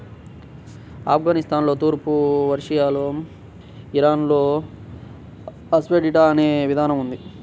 ఆఫ్ఘనిస్తాన్లో, తూర్పు పర్షియాలో, ఇరాన్లో అసఫెటిడా అనే విధానం ఉంది